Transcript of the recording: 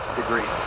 degree